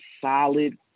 solid